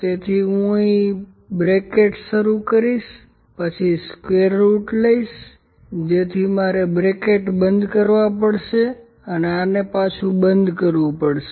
તેથી હું અહીં બ્રેકેટ શરૂ કરીશ પછી સ્ક્વેર રુટ લઈશ જેથી મારે બ્રેકેટ બંધ કરવા પડશે અને આને બંધ કરવું પડશે